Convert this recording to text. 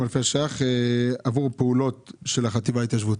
אלפי ש"ח עבור פעולות של החטיבה להתיישבות.